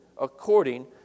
according